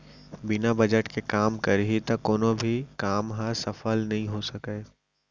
बिना बजट के काम करही त कोनो भी काम ह सफल नइ हो सकय